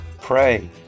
Pray